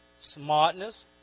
smartness